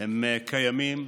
הם קיימים,